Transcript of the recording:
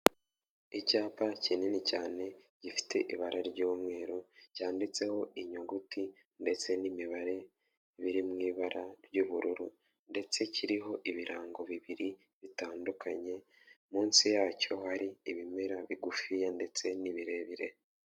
Icyapa kinini cyane gifite ibara ry'umweru cyanditseho inyuguti, ndetse n'imibare biri mu ibara ry'ubururu ndetse kiriho ibirango bibiri bitandukanye munsi yacyo hari ibimera bigufiya ,ndetse n'ibirebire.